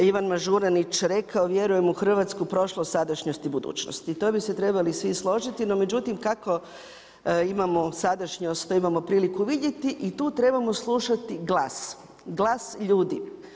Ivan Mažuranić rekao „Vjerujem u Hrvatsku, u prošlosti, sadašnjosti i budućnosti.“, To bise trebalo svi složiti, no međutim kako imamo sadašnjost, a priliku vidjeti i tu trebamo slušati glas, glas ljudi.